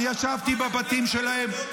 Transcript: אני ישבתי בבתים שלהן.